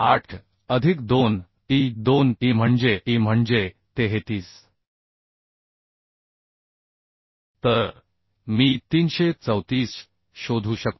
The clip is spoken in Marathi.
8 अधिक 2 E 2 E म्हणजे E म्हणजे 33 तर मी 334 शोधू शकतो